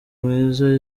mwiza